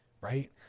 right